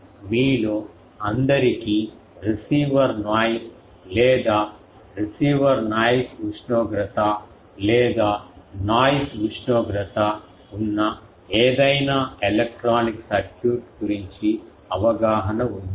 మీలో అందరికీ receiver noise లేదా రిసీవర్ నాయిస్ ఉష్ణోగ్రత లేదా నాయిస్ ఉష్ణోగ్రత ఉన్న ఏదైనా ఎలక్ట్రానిక్ సర్క్యూట్ గురించి అవగాహన ఉంది